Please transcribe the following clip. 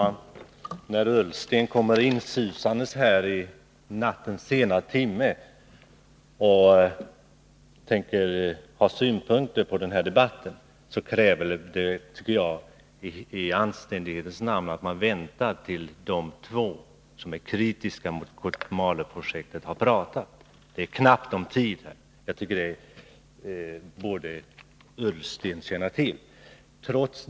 Herr talman! Ola Ullsten kommer insusande i kammaren vid denna sena timme för att anlägga synpunkter på den här debatten. I anständighetens namn krävs det då, tycker jag, att man väntar tills de två som är kritiska mot Kotmaleprojektet har talat. Dessutom är det knappt om tid. Ola Ullsten borde känna till detta.